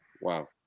Wow